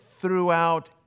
throughout